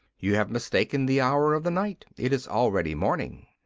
you have mistaken the hour of the night it is already morning.